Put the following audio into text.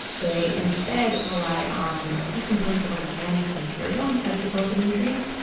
they instead rely on decomposed organic material as a source of nutrients,